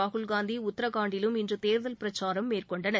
ராகுல்காந்தி உத்ரகாண்டிலும் இன்று தேர்தல் பிரச்சாரம் மேற்கொண்டனர்